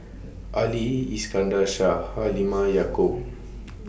Ali Iskandar Shah Halimah Yacob